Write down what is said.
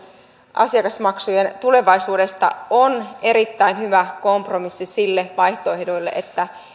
asiakasmaksujen tulevaisuudesta on erittäin hyvä kompromissi sille vaihtoehdolle että